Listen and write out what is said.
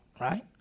right